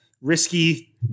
risky